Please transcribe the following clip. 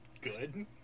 good